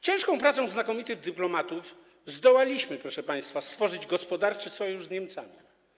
Ciężką pracą znakomitych dyplomatów zdołaliśmy, proszę państwa, stworzyć gospodarczy sojusz z Niemcami.